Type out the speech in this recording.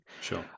Sure